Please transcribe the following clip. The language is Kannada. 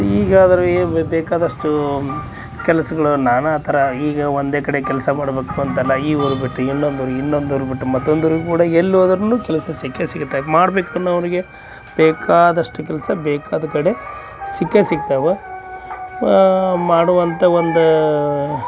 ಈಗ ಆದರೆ ಎ ಬೇಕಾದಷ್ಟು ಕೆಲಸಗಳು ನಾನಾ ಥರ ಈಗ ಒಂದೆ ಕಡೆ ಕೆಲಸ ಮಾಡಬೇಕು ಅಂತಲ್ಲ ಈ ಊರು ಬಿಟ್ಟು ಇನ್ನೊಂದು ಊರು ಇನ್ನೊಂದು ಊರು ಬಿಟ್ಟು ಮತ್ತೊಂದು ಊರು ಕೂಡ ಎಲ್ಲೋದರೂನು ಕೆಲಸ ಸಿಕ್ಕೇ ಸಿಗತ್ತೆ ಮಾಡಬೇಕು ಅನ್ನೋನಿಗೆ ಬೇಕಾದಷ್ಟು ಕೆಲಸ ಬೇಕಾದ ಕಡೆ ಸಿಕ್ಕೇ ಸಿಕ್ತವೆ ಮಾಡುವಂಥಾ ಒಂದು